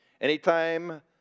Anytime